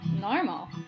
normal